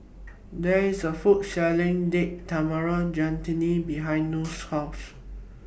There IS A Food Selling Date Tamarind Chutney behind Noe's House